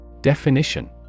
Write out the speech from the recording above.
Definition